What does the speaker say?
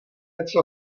něco